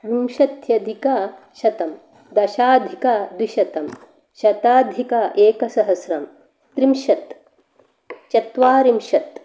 विंशत्यधिक शतम् दशाधिक द्विशतम् शताधिक एकसहस्रं त्रिंशत् चत्वारिंशत्